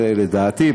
לדעתי,